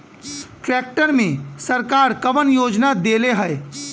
Tractor मे सरकार कवन योजना देले हैं?